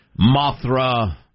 Mothra